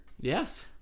yes